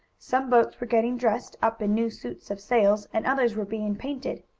some boats were getting dressed up in new suits of sails, and others were being painted.